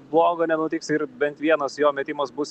blogo nenutiks ir bent vienas jo metimas bus